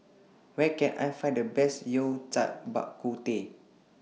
Where Can I Find The Best Yao Cai Bak Kut Teh